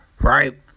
Right